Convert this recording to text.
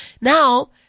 now